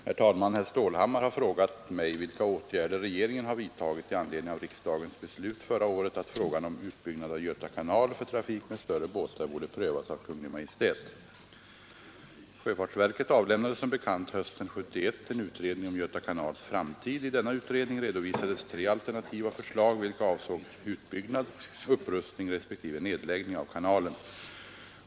Herr talman! Herr Stålhammar har frågat mig vilka åtgärder regeringen har vidtagit i anledning av riksdagens beslut förra året att frågan om utbyggnad av Göta kanal för trafik med större båtar borde prövas av Kungl. Maj:t. Sjöfartsverket avlämnade som bekant hösten 1971 en utredning om Göta kanals framtid. I denna utredning redovisades tre alternativa förslag, vilka avsåg utbyggnad, upprustning respektive nedläggning av kanalen.